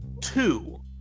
two